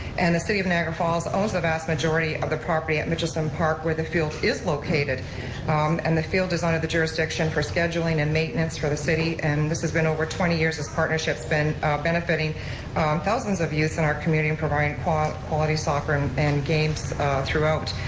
and the city of niagara falls owns the vast majority of the property at but michelson um park, where the field is located um and the field is under the jurisdiction for scheduling and maintenance for the city and this has been over twenty years, this partnership's been benefiting thousands of youths in our community and providing quality quality soccer and and games throughout.